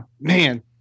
man